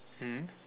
mm